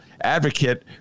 advocate